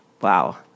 Wow